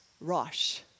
Rosh